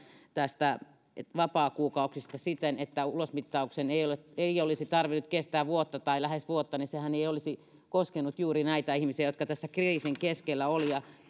näistä vapaakuukausista siten että ulosmittauksen ei olisi tarvinnut kestää vuotta tai lähes vuotta niin sehän ei olisi koskenut juuri näitä ihmisiä jotka tässä kriisin keskellä